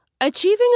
Achieving